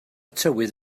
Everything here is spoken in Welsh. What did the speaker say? tywydd